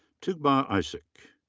tugba isik.